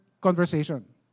conversation